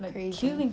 crazy